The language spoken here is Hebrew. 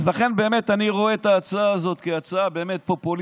אז לכן באמת אני רואה את ההצעה הזאת כהצעה פופוליסטית,